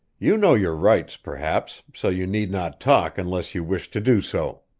you know your rights, perhaps, so you need not talk unless you wish to do so.